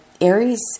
Aries